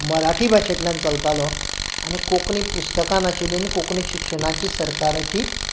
मराठी भाशेंतल्यान चलतालो आनी कोंकणी पुस्तकां नाशिल्लीं आनी कोंकणी शिक्षणाची सरकाराची